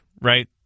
right